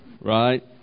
Right